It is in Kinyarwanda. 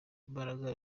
imbaraga